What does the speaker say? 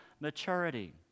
maturity